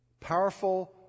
Powerful